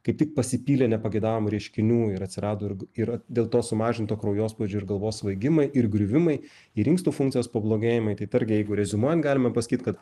kaip tik pasipylė nepageidaujamų reiškinių ir atsirado ir yra dėlto sumažinto kraujospūdžio ir galvos svaigimai ir griuvimai ir inkstų funkcijos pablogėjimsi tai tarkim jeigu reziumuojant galima pasakyt kad